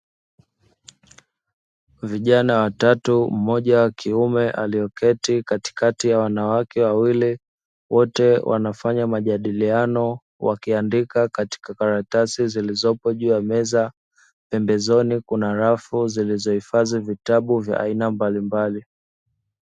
Vijana watatu mmoja wa kiume alioketi katikati ya wanawake wawili, wote wanafanya majadiliano, wakiandika katika karatasi zilizopo juu ya meza, pembezoni kuna rafu zilizohifadhi vitabu vya aina mbalimbali.